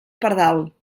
pardal